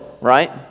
right